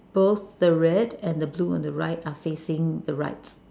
both the red and the blue on the right are facing the right